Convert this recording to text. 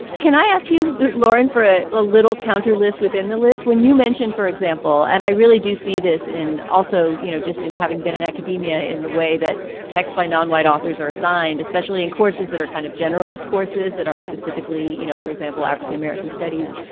can i ask you, lauren, for a little counter list within the list when you mentioned, for example, and i really do see this in also, you know, just in having been in academia in the way that text by non-white authors are assigned, especially in courses that are kind of generalist courses that aren't specifically, you know, for example, african-american studies.